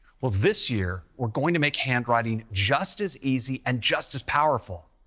well, this year, we're going to make handwriting just as easy and just as powerful.